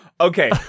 Okay